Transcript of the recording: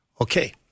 Okay